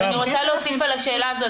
אני רוצה להוסיף על השאלה הזו,